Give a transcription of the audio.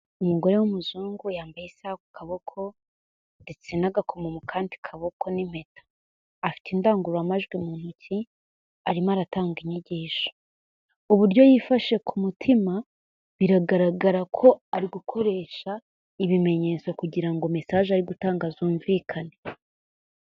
Umugore w'umuzungu yambaye isaha ku kaboko ndetse n'agakoma mu kandi kaboko n'impeta, afite indangururamajwi mu ntoki, arimo aratanga inyigisho, uburyo yifashe ku mutima biragaragara ko ari gukoresha ibimenyetso kugira ngo message ari gutanga zumvikane.